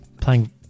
Playing